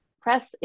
Press